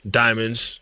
diamonds